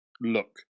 look